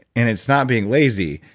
and it's not being lazy.